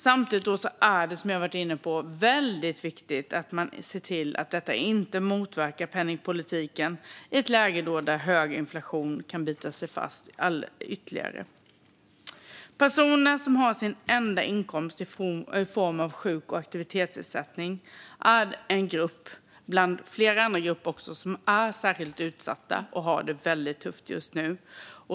Samtidigt är det, som jag har varit inne på, väldigt viktigt att det här inte motverkar penningpolitiken i ett läge där hög inflation kan bita sig fast ytterligare. Personer som har sin enda inkomst i form av sjuk och aktivitetsersättning är en grupp bland flera andra grupper som är särskilt utsatta och har det väldigt tufft just nu.